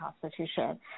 constitution